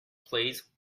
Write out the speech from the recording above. please